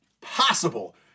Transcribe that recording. possible